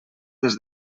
des